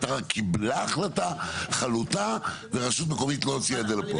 ערר קיבלה החלטה חלוטה ורשות מקומית לא הוציאה את זה לפועל.